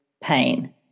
pain